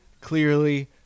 clearly